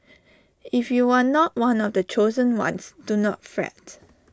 if you are not one of the chosen ones do not fret